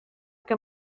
que